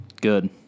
Good